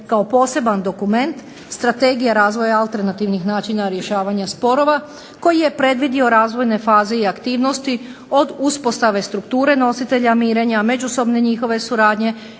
kao poseban dokument strategije razvoja alternativnih načina rješavanja sporova koji je predvidio razvojne faze i aktivnosti od uspostave strukture nositelja mirenja, međusobne suradnje,